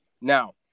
Now